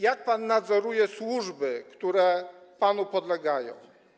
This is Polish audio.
Jak pan nadzoruje służby, które panu podlegają?